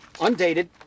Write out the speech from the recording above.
undated